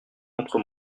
montre